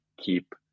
keep